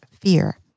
fear